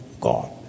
God